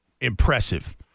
impressive